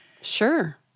Sure